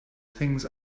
things